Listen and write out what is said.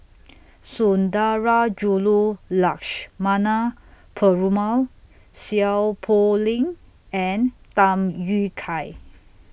Sundarajulu Lakshmana Perumal Seow Poh Leng and Tham Yui Kai